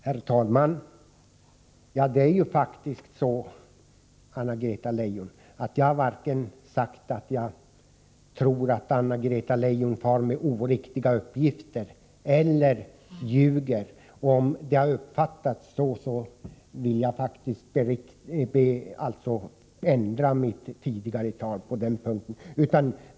Herr talman! Det är faktiskt så, Anna-Greta Leijon, att jag inte har sagt att jag tror att Anna-Greta Leijon lämnar oriktiga uppgifter eller att hon ljuger. Om det som jag sade har uppfattats så, vill jag ändra mitt tidigare inlägg på den punkten.